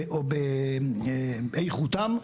באיכות החיים,